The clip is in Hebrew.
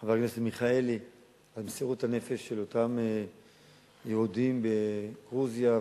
חבר הכנסת מיכאלי על מסירות הנפש של אותם יהודים בגרוזיה,